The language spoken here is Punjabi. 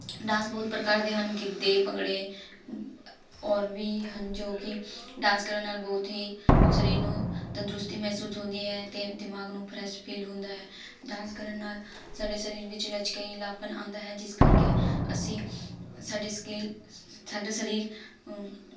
ਡਾਂਸ ਬਹੁਤ ਪ੍ਰਕਾਰ ਦੇ ਹਨ ਗਿੱਧੇ ਭੰਗੜੇ ਔਰ ਵੀ ਹਨ ਜੋ ਕਿ ਡਾਂਸ ਕਰਨ ਨਾਲ ਬਹੁਤ ਹੀ ਸਰੀਰ ਨੂੰ ਤੰਦਰੁਸਤੀ ਮਹਿਸੂਸ ਹੁੰਦੀ ਹੈ ਅਤੇ ਦਿਮਾਗ ਨੂੰ ਫਰੈਸ਼ ਫੀਲ ਹੁੰਦਾ ਹੈ ਡਾਂਸ ਕਰਨ ਨਾਲ ਸਾਡੇ ਸਰੀਰ ਵਿੱਚ ਲਚਕੀਲਾਪਨ ਆਉਂਦਾ ਹੈ ਜਿਸ ਕਰਕੇ ਅਸੀਂ ਸਾਡੇ ਸਕਿੱਲ ਸਾਡਾ ਸਰੀਰ